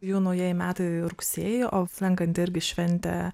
jų naujieji metai rugsėjį o slenkanti irgi šventė